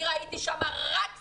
אני ראיתי שם רק שמאלנים,